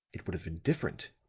it would have been different.